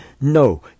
no